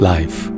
Life